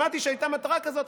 שמעתי שהייתה מטרה כזאת.